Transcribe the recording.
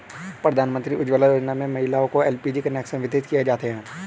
प्रधानमंत्री उज्ज्वला योजना में महिलाओं को एल.पी.जी कनेक्शन वितरित किये जाते है